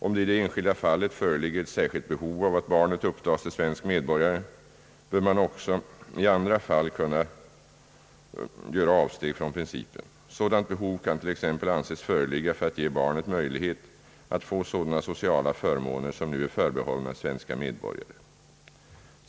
Om det i det enskilda fallet föreligger ett särskilt behov av att barnet upptas till svensk medborgare, bör man också i andra fall kunna göra avsteg från principen. Sådant behov kan t.ex. anses föreligga för att ge barnet möjlighet att få sådana sociala förmåner som nu är förbehållna svenska medborgare.